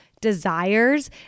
desires